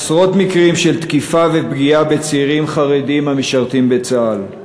עשרות מקרים של תקיפה ופגיעה בצעירים חרדים המשרתים בצה"ל.